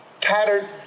tattered